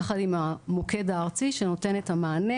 יחד עם המוקד הארצי שנותן את המענה,